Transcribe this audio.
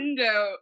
window